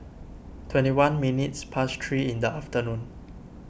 twenty one minutes past three in the afternoon